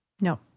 No